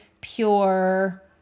pure